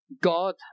God